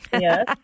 yes